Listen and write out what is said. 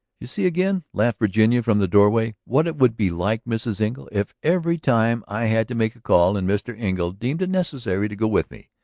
you see again, laughed virginia from the doorway, what it would be like, mrs. engle if every time i had to make a call and mr. engle deemed it necessary to go with me.